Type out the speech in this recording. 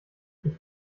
ich